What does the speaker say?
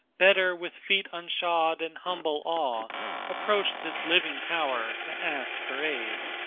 better with feet unshod and humble awe approach this living power to ask for aid.